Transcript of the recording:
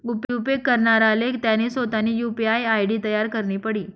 उपेग करणाराले त्यानी सोतानी यु.पी.आय आय.डी तयार करणी पडी